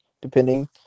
depending